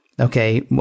Okay